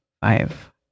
Five